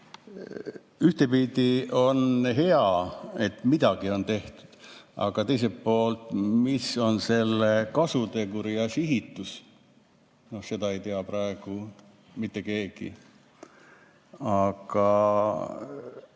ühtpidi on hea, et midagi on tehtud, aga teiselt poolt, mis on selle kasutegur ja sihitus, seda ei tea praegu mitte keegi.